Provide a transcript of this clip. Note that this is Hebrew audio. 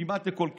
כמעט לכל כיוון.